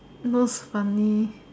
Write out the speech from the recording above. nose funny